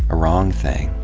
a wrong thing,